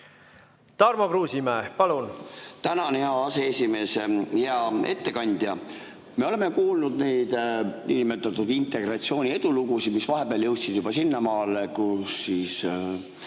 Tarmo Kruusimäe, palun! Tänan, hea aseesimees! Hea ettekandja! Me oleme kuulnud neid niinimetatud integratsiooni edulugusid, mis vahepeal jõudsid juba sinnamaale, et inimesed